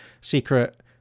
secret